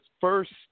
first